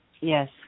Yes